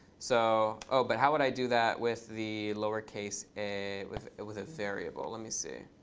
so oh, but how would i do that with the lowercase a with with a variable? let me see.